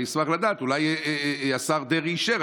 אני אשמח לדעת, אולי השר דרעי אישר.